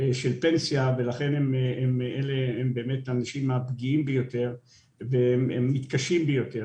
של פנסיה ולכן הם האנשים הפגיעים והמתקשים ביותר.